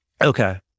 Okay